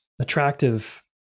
attractive